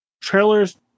trailers